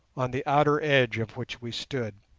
on the outer edge of which we stood.